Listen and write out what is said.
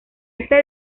esta